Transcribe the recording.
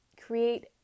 create